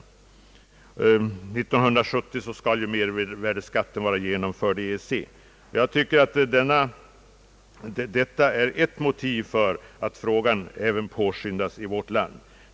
År 1970 skall mervärdeskatt vara genomförd i EEC. Jag tycker att detta är ett motiv för att en reform påskyndas även i vårt land.